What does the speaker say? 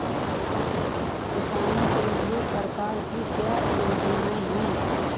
किसानों के लिए सरकार की क्या योजनाएं हैं?